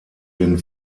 den